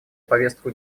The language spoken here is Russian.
повестку